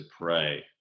pray